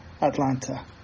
Atlanta